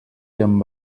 amb